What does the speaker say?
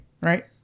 right